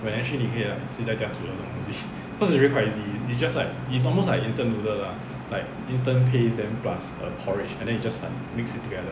but actually 你可以 like 自己在家煮的 cause it is really quite easy it's just like it's almost like instant noodle lah like instant paste then plus a porridge and then you just like mix it together